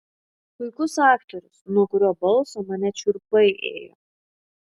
puikus aktorius nuo kurio balso man net šiurpai ėjo